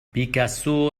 بيكاسو